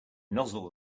nozzle